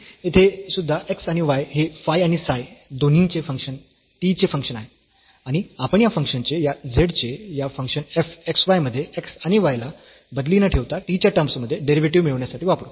आणि येथे सुद्धा x आणि y हे फाय आणि साय दोन्ही चे फंक्शन्स हे t चे फंक्शन्स आहेत आणि आपण या फंक्शन्स चे या z चे या फंक्शन f x y मध्ये x आणि y ला बदली न ठेवता t च्या टर्म्स मध्ये डेरिव्हेटिव्ह मिळविण्यासाठी वापरू